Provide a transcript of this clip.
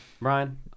Brian